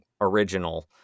original